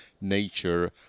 nature